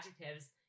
adjectives